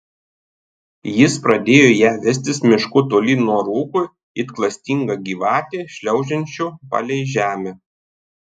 jis pradėjo ją vestis mišku tolyn nuo rūko it klastinga gyvatė šliaužiančio palei žemę